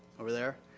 over there.